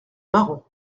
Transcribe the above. marrant